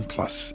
Plus